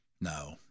No